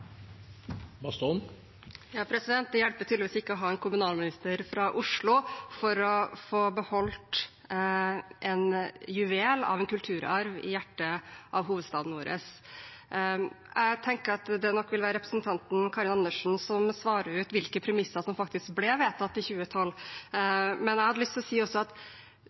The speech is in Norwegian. Det hjelper tydeligvis ikke å ha en kommunalminister fra Oslo for å få beholde en juvel av en kulturarv i hjertet av hovedstaden vår. Jeg tenker at det nok vil være representanten Karin Andersen som svarer ut hvilke premisser som faktisk ble vedtatt i 2012, men jeg har også lyst til å si at vi må anerkjenne at